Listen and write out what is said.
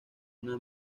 una